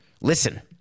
Listen